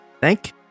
Thank